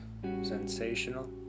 Sensational